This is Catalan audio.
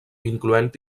incloent